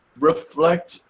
reflect